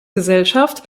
gesellschaft